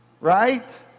Right